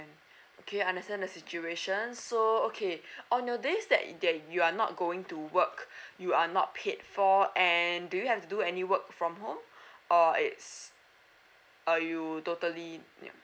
okay understand the situation so okay on the days that that you are not going to work you are not paid for and do you have to do any works from home or it's err you totally um